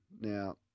Now